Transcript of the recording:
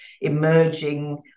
emerging